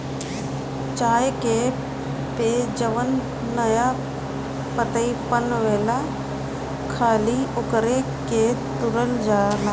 चाय के पौधा पे जवन नया पतइ पनपेला खाली ओकरे के तुरल जाला